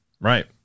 right